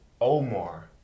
Omar